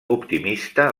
optimista